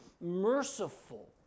merciful